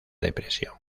depresión